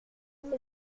c’est